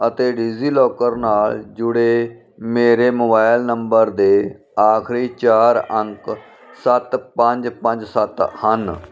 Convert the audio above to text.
ਅਤੇ ਡਿਜ਼ੀਲੋਕਰ ਨਾਲ ਜੁੜੇ ਮੇਰੇ ਮੋਬਾਈਲ ਨੰਬਰ ਦੇ ਆਖਰੀ ਚਾਰ ਅੰਕ ਸੱਤ ਪੰਜ ਪੰਜ ਸੱਤ ਹਨ